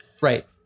Right